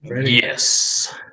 Yes